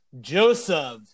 Joseph